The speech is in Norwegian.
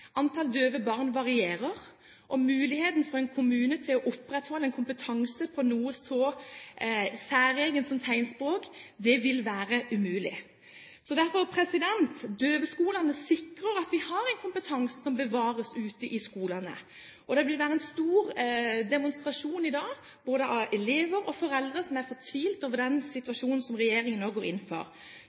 Antall døve barn varierer, og muligheten for en kommune til å opprettholde en kompetanse på noe så særegent som tegnspråk, vil være umulig. Døveskolene sikrer derfor at vi har en kompetanse som bevares ute i skolene. Det vil være en stor demonstrasjon i dag både av elever og foreldre som er fortvilet over den situasjonen som regjeringen nå går inn for.